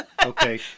Okay